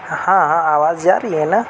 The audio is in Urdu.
ہاں ہاں آواز جا رہی ہے نا